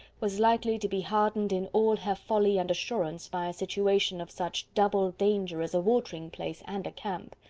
was likely to be hardened in all her folly and assurance by a situation of such double danger as a watering-place and a camp.